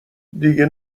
دیگه